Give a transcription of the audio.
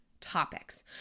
topics